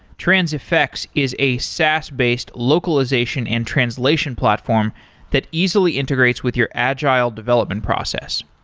transifex is a saas based localization and translation platform that easily integrates with your agile development process.